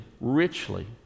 richly